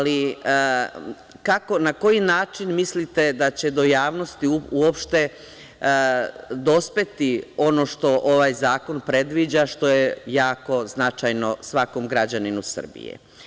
Kako, na koji način mislite da će do javnosti uopšte dospeti ono što ovaj zakon predviđa, što je jako značajno svakom građaninu Srbije?